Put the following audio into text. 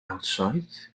outside